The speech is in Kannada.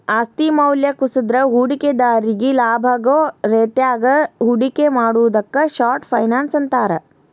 ಆಸ್ತಿ ಮೌಲ್ಯ ಕುಸದ್ರ ಹೂಡಿಕೆದಾರ್ರಿಗಿ ಲಾಭಾಗೋ ರೇತ್ಯಾಗ ಹೂಡಿಕೆ ಮಾಡುದಕ್ಕ ಶಾರ್ಟ್ ಫೈನಾನ್ಸ್ ಅಂತಾರ